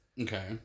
Okay